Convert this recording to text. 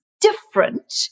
different